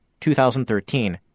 2013